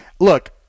look